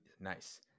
Nice